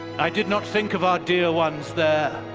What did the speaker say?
i did not think of our dear ones there,